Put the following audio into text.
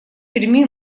перми